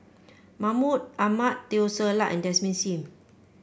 Mahmud Ahmad Teo Ser Luck and Desmond Sim